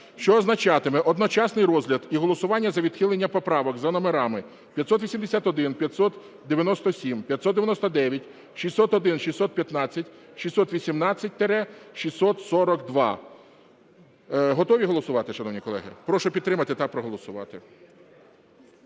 що означатиме одночасний розгляд і голосування за відхилення поправок за номерами: 581, 597, 599, 601, 615, 618-642. Готові голосувати, шановні колеги? Прошу підтримати та проголосувати.